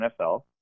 NFL